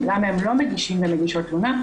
למה הם לא מגישים ומגישות תלונה,